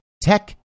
tech